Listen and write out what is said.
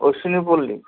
Ashwini পল্লি